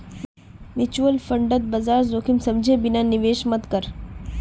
mutual फंडत बाजार जोखिम समझे बिना निवेश मत कर